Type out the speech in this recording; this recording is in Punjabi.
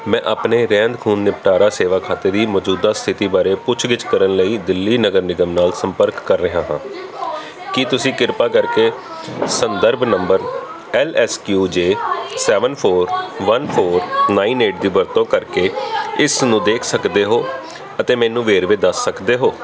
ਮੈਂ ਆਪਣੇ ਰਹਿੰਦ ਖੂੰਹਦ ਨਿਪਟਾਰਾ ਸੇਵਾ ਖਾਤੇ ਦੀ ਮੌਜੂਦਾ ਸਥਿਤੀ ਬਾਰੇ ਪੁੱਛਗਿੱਛ ਕਰਨ ਲਈ ਦਿੱਲੀ ਨਗਰ ਨਿਗਮ ਨਾਲ ਸੰਪਰਕ ਕਰ ਰਿਹਾ ਹਾਂ ਕੀ ਤੁਸੀਂ ਕਿਰਪਾ ਕਰਕੇ ਸੰਦਰਭ number L S Q J seven four one four nine eight ਦੀ ਵਰਤੋਂ ਕਰਕੇ ਇਸ ਨੂੰ ਦੇਖ ਸਕਦੇ ਹੋ ਅਤੇ ਮੈਨੂੰ ਵੇਰਵੇ ਦੱਸ ਸਕਦੇ ਹੋ